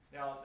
Now